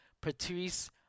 Patrice